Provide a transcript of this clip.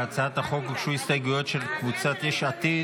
להצעת החוק הוגשו הסתייגויות של קבוצת יש עתיד,